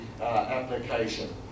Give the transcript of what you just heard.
application